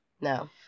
No